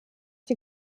die